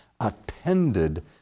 attended